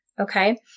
Okay